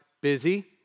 busy